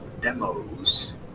demos